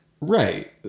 Right